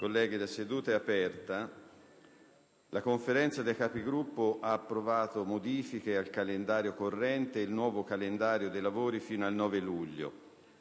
apre una nuova finestra"). La Conferenza dei Capigruppo ha approvato modifiche al calendario corrente e il nuovo calendario dei lavori fino al 9 luglio.